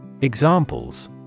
Examples